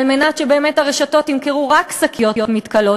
על מנת שהרשתות ימכרו רק שקיות מתכלות,